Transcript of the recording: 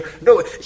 No